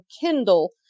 Kindle